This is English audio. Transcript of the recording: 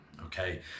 okay